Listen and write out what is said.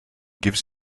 gives